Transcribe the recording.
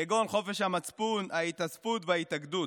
כגון חופש המצפון, ההתאספות וההתאגדות.